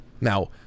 now